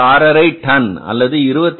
5 ton அல்லது 26